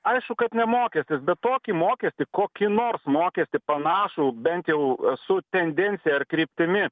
aišku kad ne mokestis bet tokį mokestį kokį nors mokestį panašų bent jau su tendencija ar kryptimi